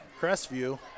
Crestview